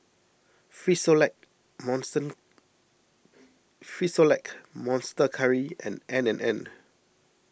Frisolac Frisolac Monster Curry and N and N